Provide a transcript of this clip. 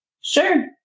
Sure